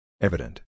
Evident